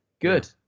good